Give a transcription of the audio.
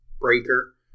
breaker